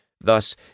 Thus